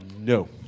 No